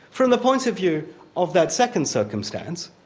from the point of view of that second circumstance,